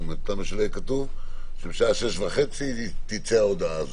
למה שלא יהיה כתוב שבשעה 18:30 תצא ההודעה?